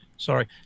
Sorry